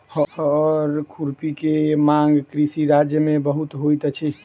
हअर खुरपी के मांग कृषि राज्य में बहुत होइत अछि